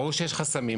ברור שיש חסמים,